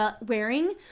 wearing